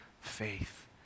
faith